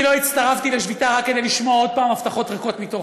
אני לא הצטרפתי לשביתה רק כדי לשמוע עוד פעם הבטחות ריקות מתוכן.